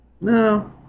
No